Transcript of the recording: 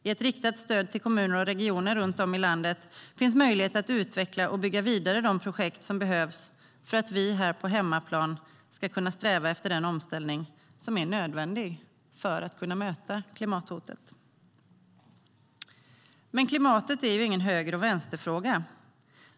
I ett riktat stöd till kommuner och regioner runt om i landet finns möjligheter att utveckla och bygga vidare på de projekt som behövs för att vi på hemmaplan ska kunna sträva efter den omställning som är nödvändig för att kunna möta klimathotet. Men klimatet är ingen höger-vänster-fråga.